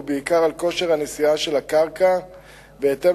ובעיקר על כושר הנשיאה של הקרקע בהתאם